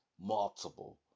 Multiple